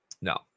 no